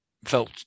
Felt